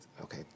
okay